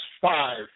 five